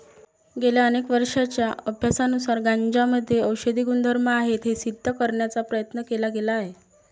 गेल्या अनेक वर्षांच्या अभ्यासानुसार गांजामध्ये औषधी गुणधर्म आहेत हे सिद्ध करण्याचा प्रयत्न केला गेला आहे